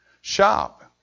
shop